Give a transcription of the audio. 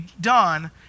done